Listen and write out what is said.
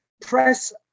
Press